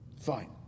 Fine